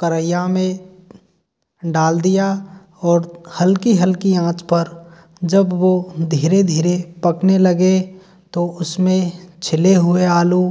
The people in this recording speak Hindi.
करइहा में डाल दिया और हल्की हल्की आँच पर जब वो धीरे धीरे पकने लगे तो उसमें छिले हुए आलू